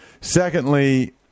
Secondly